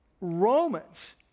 Romans